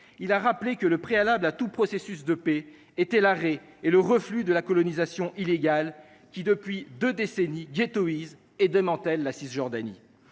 en rappelant que le préalable à tout processus de paix est l’arrêt et le reflux de la colonisation illégale qui, depuis deux décennies, ghettoïse et démantèle la Cisjordanie.